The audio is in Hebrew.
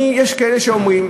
יש כאלה שאומרים,